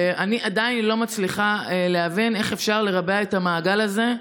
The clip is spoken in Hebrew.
ואני עדיין לא מצליחה להבין איך אפשר לרבע את המעגל הזה.